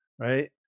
right